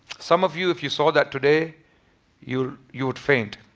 some of you if you saw that today you you would faint.